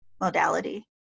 modality